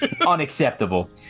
Unacceptable